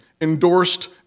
endorsed